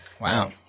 Wow